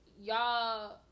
y'all